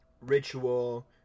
ritual